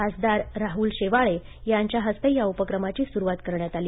खासदार राहुल शेवाळे यांच्या हस्ते या उपक्रमाची सुरुवात करण्यात आली